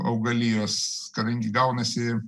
augalijos kadangi gaunasi